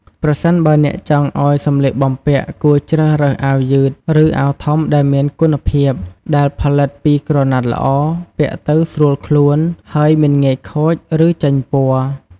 ប្រសិនបើអ្នកចង់ឱ្យសម្លៀកបំពាក់ គួរជ្រើសរើស អាវយឺត ឬអាវធំដែលមានគុណភាព ដែលផលិតពីក្រណាត់ល្អ ពាក់ទៅស្រួលខ្លួន ហើយមិនងាយខូច ឬចេញពណ៍។